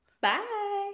Bye